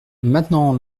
maintenant